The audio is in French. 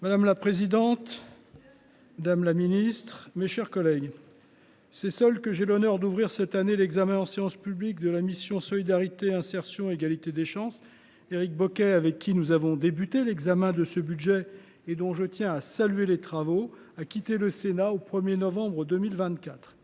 Madame la présidente, madame la ministre, mes chers collègues, c’est seul que j’ai l’honneur d’ouvrir cette année l’examen en séance publique de la mission « Solidarité, insertion et égalité des chances ». Éric Bocquet, avec qui j’avais commencé l’examen de ce budget et dont je tiens à saluer les travaux, a quitté le Sénat le 1 novembre 2024.